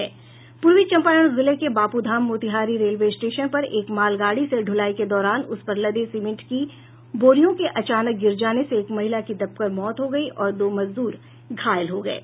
पूर्वी चंपारण जिले के बापूधाम मोतिहारी रेलवे स्टेशन पर एक मालगाड़ी से ढ़लाई के दौरान उसपर लदे सीमेंट की बोरियों के अचानक गिर जाने से एक महिला की दबकर मौत हो गयी और दो मजदूर घायल हो गये